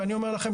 ואני אומר לכם,